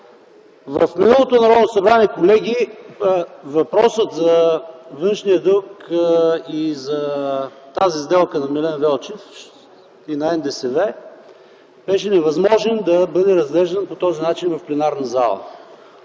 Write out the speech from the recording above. В миналото Народно събрание, колеги, въпросът за външния дълг и за тази сделка на Милен Велчев и на НДСВ беше невъзможно да бъде разглеждан по този начин в пленарната зала.